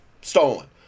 Stolen